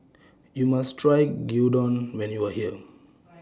YOU must Try Gyudon when YOU Are here